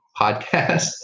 podcast